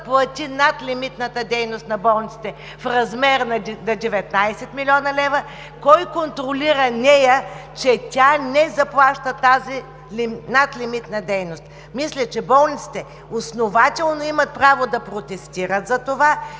да заплати надлимитната дейност на болниците в размер на 19 милиона лева – кой контролира нея, че тя не заплаща тази надлимитна дейност? Мисля, че болниците основателно имат право да протестират за това